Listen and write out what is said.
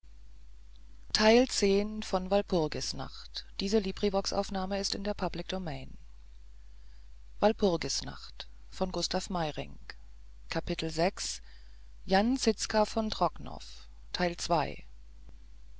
jan zizka von trocnov